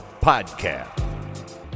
Podcast